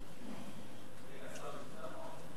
השר נמצא פה?